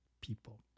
people